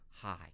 hi